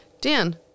Dan